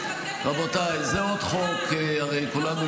ראש הממשלה לא מביא דוח רפואי כבר שמונה שנים.